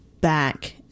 back